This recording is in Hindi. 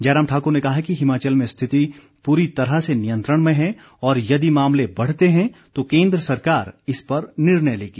जयराम ठाक्र ने कहा कि हिमाचल में स्थिति पूरी तरह से नियंत्रण में है और यदि मामले बढ़ते हैं तो केंद्र सरकार इस पर निर्णय लेगी